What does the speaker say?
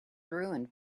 ruined